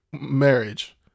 marriage